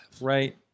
Right